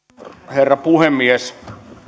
herra puhemies